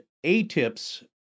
ATIP's